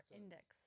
index